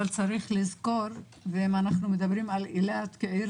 אבל צריך לזכור אם אנחנו מדברים על אילת כעיר